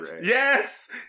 Yes